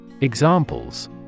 Examples